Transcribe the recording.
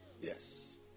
Yes